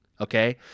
okay